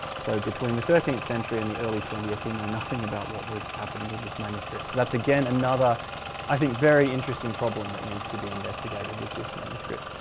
so between the thirteenth century and the early twentieth we know nothing about what was happening with this manuscript. that's again another i think very interesting problem that needs to be investigated with this manuscript.